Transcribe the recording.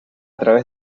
través